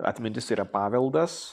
atmintis yra paveldas